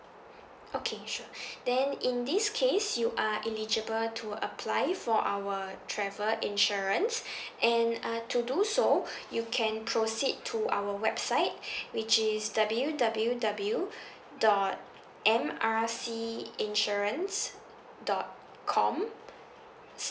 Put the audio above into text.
okay sure then in this case you are eligible to apply for our travel insurance and uh to do so you can proceed to our website which is W_W_W dot M R C insurance dot com